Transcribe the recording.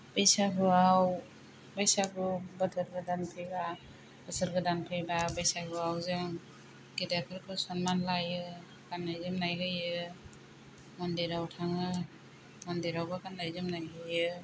बैसागुआव बैसागु बोथोर गोदान फैब्ला बोसोर गोदान फैबा बैसागुआव जों गेदेरफोरखौ सन्मान लायो गान्नाय जोमनाय होयो मन्दिराव थाङो मन्दिरावबो गान्नाय जोमनाय होयो